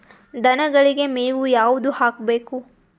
ದನಗಳಿಗೆ ಮೇವು ಯಾವುದು ಹಾಕ್ಬೇಕು?